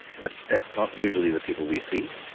but that's not usually the people we see,